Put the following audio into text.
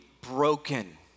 broken